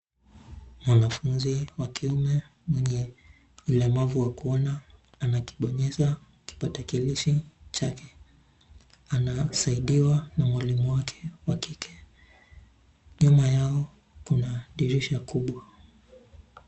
Mwanafunzi, wa kiume, mwenye, ulemavu wa kuona, anakibonyeza, kipakatilishi, chake, anasaidiwa na mwalimu wake, wa kike. Nyuma yao, kuna dirisha kubwa.